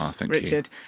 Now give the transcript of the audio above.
Richard